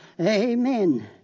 Amen